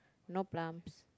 no plums